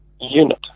unit